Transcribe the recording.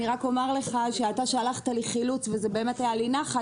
אני רק אומר לך שאתה שלחת לי חילוץ וזה באמת היה לי נחת.